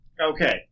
Okay